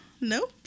no